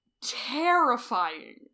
terrifying